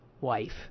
wife